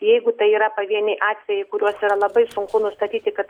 jeigu tai yra pavieniai atvejai kuriuos yra labai sunku nustatyti kad